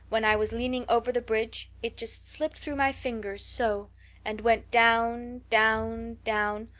when i was leaning over the bridge, it just slipped through my fingers so and went down down down,